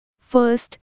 First